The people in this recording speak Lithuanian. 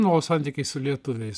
na o santykiai su lietuviais